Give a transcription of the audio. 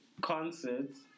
concerts